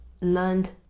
learned